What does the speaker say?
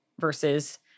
versus